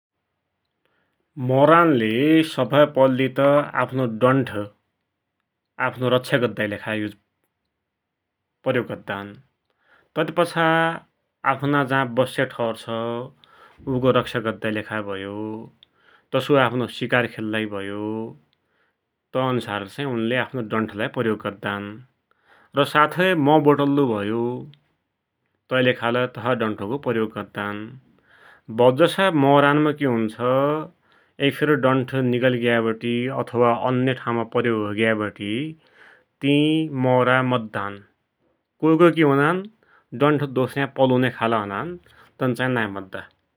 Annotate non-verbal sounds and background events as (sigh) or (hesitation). मौरान्ले सबहै पैल्लि (noise) त आफ्नो डन्ठ आफ्नो रक्षा (hesitation) गद्दाकी प्रयोग गद्दान। ततिपाछा आफ़्ना जा बस्या ठौर जा छ, उइको रक्षा गद्दाकी लेखा भयो, तसोई आफ्नो शिकार खेल्लाकी भयो, तै अन्सार चाही उनले आफ्नो डन्ठलाइ प्रयोग गद्दान । त साथै मौ बटुल्लु भयो तै लेखा लै तसै डन्ठको प्रोयोग गद्दान । भौत जसा मौरान मा कि हुन्छ एकफेर डन्ठ निकलिग्यावटी अथवा अन्य ठाउँ माइ प्रयोग होइग्याबटे ति मौरा मद्दान । कोइ कोइ कि हुनान डन्ठ दोसर्या पलुन्या खालका हुनान, तन चाही नै मद्दा ।